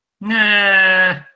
Nah